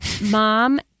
Mom